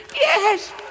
Yes